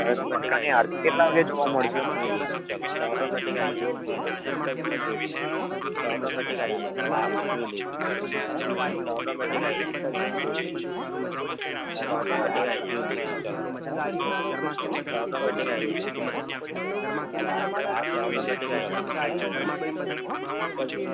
અને દ્વારકાની આરતી કેટલા વાગ્યે જોવા મળશે